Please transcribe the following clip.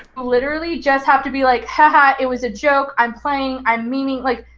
literally just have to be like, haha, it was a joke, i'm playing, i'm memeing, like,